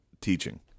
teaching